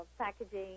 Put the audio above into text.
packaging